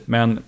Men